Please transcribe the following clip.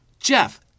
Jeff